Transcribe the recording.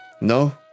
no